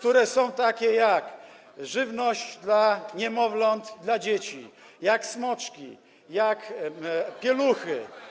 takie jak żywność dla niemowląt, dla dzieci, jak smoczki, jak pieluchy.